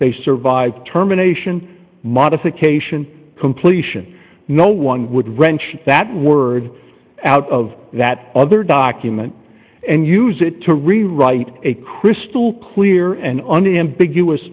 they survive terminations modification completion no one would wrench that word out of that other document and use it to rewrite a crystal clear and unambiguous